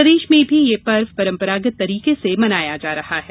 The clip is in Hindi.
प्रदेश में भी यह पर्व परम्परागत तरीके से मनाया जा रहा है